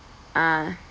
ah